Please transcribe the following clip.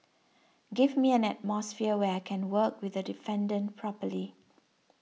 give me an atmosphere where I can work with the defendant properly